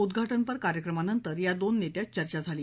उद्घाटनपर कार्यक्रमानंतर या दोन नेत्यांत चर्चा झाली